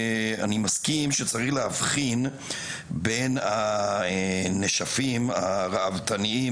אני מסכים שצריך להבחין בין הנשפים הראוותניים,